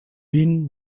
been